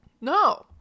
No